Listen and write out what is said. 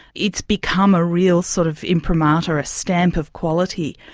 it's become a real sort of imprimatur, a stamp of quality.